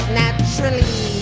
naturally